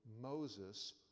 Moses